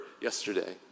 yesterday